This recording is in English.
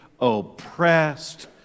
oppressed